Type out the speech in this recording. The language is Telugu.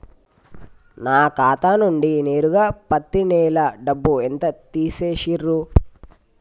నా ఖాతా నుండి నేరుగా పత్తి నెల డబ్బు ఎంత తీసేశిర్రు?